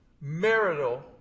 marital